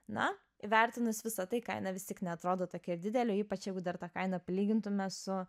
na įvertinus visa tai kaina vis tiek neatrodo tokia didelė ypač jeigu dar tą kainą palygintume su